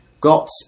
got